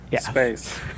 space